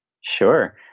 Sure